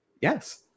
Yes